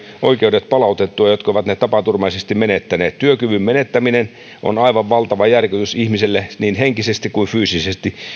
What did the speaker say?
oikeudet palautettua jotka ovat ne tapaturmaisesti menettäneet työkyvyn menettäminen on aivan valtava järkytys ihmiselle niin henkisesti kuin fyysisesti